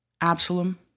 Absalom